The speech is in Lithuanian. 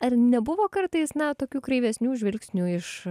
ar nebuvo kartais na tokių kreivesnių žvilgsnių iš